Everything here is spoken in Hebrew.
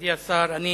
מכובדי השר, אני